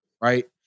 Right